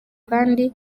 kandi